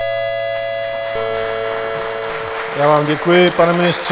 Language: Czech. Já vám děkuji, pane ministře.